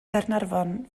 gaernarfon